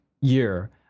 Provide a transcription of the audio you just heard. year